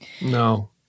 No